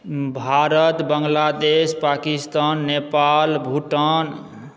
Bharat Bangladesh Pakistan Nepal Bhutan